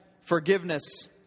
Forgiveness